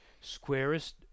squarest